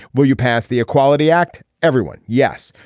will you pass the equality act everyone. yes.